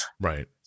Right